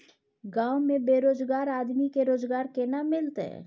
गांव में बेरोजगार आदमी के रोजगार केना मिलते?